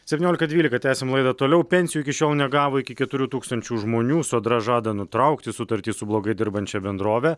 septyniolika dvylika tęsiam laidą toliau pensijų iki šiol negavo iki keturių tūkstančių žmonių sodra žada nutraukti sutartį su blogai dirbančia bendrove